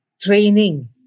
training